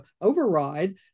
override